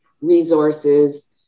resources